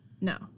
No